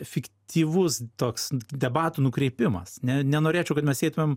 efektyvus toks debatų nukreipimas ne nenorėčiau kad mes eitumėm